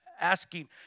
asking